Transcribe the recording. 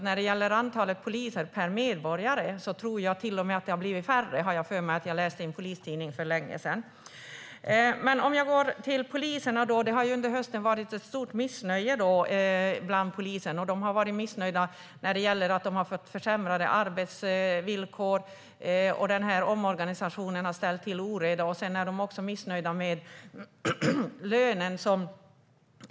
När det gäller antalet poliser per medborgare har det till och med blivit färre, har jag för mig att jag läste i en polistidning för länge sedan. Under hösten har det varit ett stort missnöje bland poliserna. De har varit missnöjda över försämrade arbetsvillkor. Omorganisationen har också ställt till oreda. Sedan är de också missnöjda med lönen.